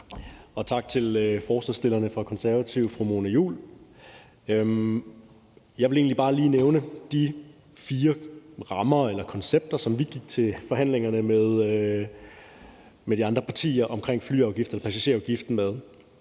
Og tak til forslagsstilleren fra Konservative, fru Mona Juul. Jeg vil egentlig bare lige nævne de fire rammer eller koncepter, som vi gik til forhandlingerne med de andre partier om flyafgiften og passagerafgiften med.